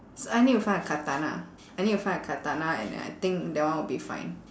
I need to find a katana I need to find a katana and I think that one will be fine